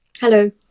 Hello